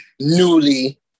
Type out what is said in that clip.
newly